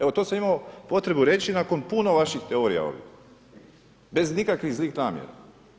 Evo to sam imao potrebu reći nakon puno vaših teorija ovdje bez ikakvih zlih namjera.